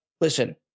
Listen